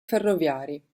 ferroviari